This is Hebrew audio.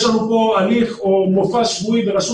יש לנו פה הליך או מופע שבועי ברשות